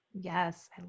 Yes